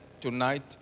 tonight